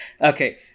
Okay